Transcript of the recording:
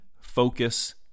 focus